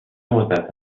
مدت